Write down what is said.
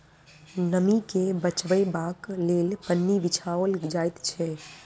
नमीं के बचयबाक लेल पन्नी बिछाओल जाइत छै